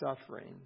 suffering